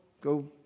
Go